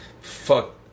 Fuck